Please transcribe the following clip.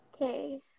Okay